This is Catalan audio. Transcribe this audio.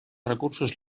recursos